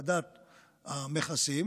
הורדת המכסים.